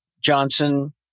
Johnson